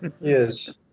Yes